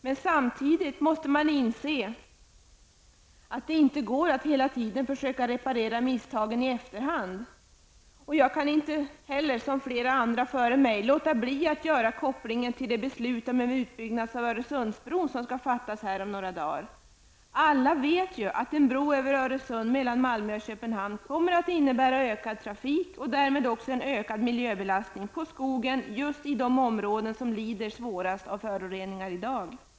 Men samtidigt måste man inse att det inte går att hela tiden försöka reparera misstagen i efterhand. Jag kan inte låta bli att, som flera andra före mig, också göra en koppling till det beslut om en Öresundsbro som skall fattas här om några dar. Alla vet att en bro över Öresund mellan Malmö och Köpenhamn kommer att innebära ökad trafik, och därmed också en ökad miljöbelastning på skogen just i de områden som lider svårast av föroreningar i dag.